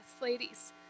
ladies